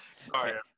Sorry